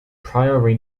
priori